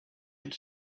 had